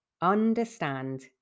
understand